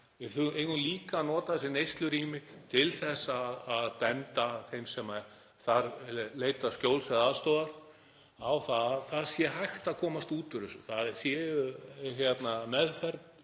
En við eigum líka að nota þessi neyslurými til að benda þeim sem þar leita skjóls eða aðstoðar á það að hægt sé að komast út úr þessu, það sé meðferð